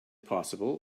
possible